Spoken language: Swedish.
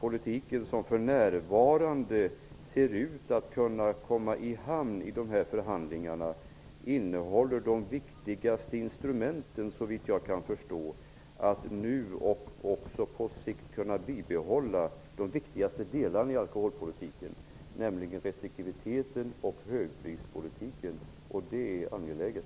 Men för närvarande ser det ut som att förhandlingarna skall komma i hamn och innehålla de väsentligaste instrumenten för att nu och också på sikt kunna bibehålla de viktigaste delarna i alkoholpolitiken, nämligen restriktiviteten och högprispolitiken. Det är angeläget.